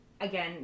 again